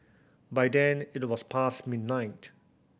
by then it was past midnight